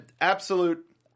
Absolute